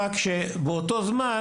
שבאותו זמן,